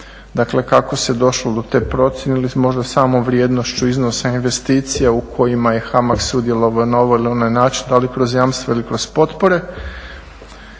Dakle, kako se došlo do te procjene ili možda samo vrijednošću iznosa investicija u kojima je HAMAG sudjelovao na ovaj ili onaj način da li kroz jamstva ili kroz potpore.